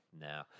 No